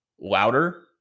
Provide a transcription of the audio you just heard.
louder